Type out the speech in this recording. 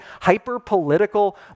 hyper-political